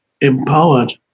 empowered